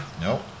Nope